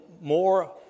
more